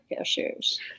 issues